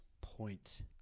point